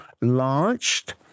launched